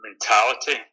mentality